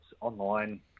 online